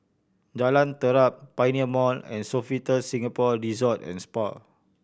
Jalan Terap Pioneer Mall and Sofitel Singapore Resort and Spa